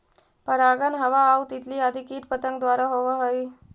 परागण हवा आउ तितली आदि कीट पतंग द्वारा होवऽ हइ